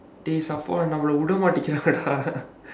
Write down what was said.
dey suffer நம்மல விட மாட்டிக்கிறாங்க:nammala vida maatdikkiraangka dah